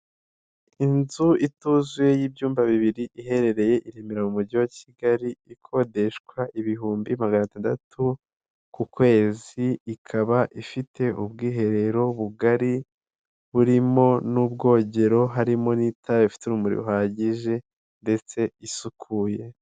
Inzu ituzuye y'ibyumba bibiri iherereye i Remeraro mu mujyi wa Kigali, ikodeshwa ibihumbi maganatandatu ku kwezi ikaba ifite ubwiherero bugari buririmo n'ubwogero, harimo n'itara rifite urumuri ruhagije ndetse isukuye.